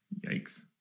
yikes